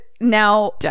Now